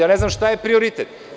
Ne znam šta je prioritet.